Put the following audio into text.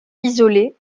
isolé